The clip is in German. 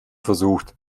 versucht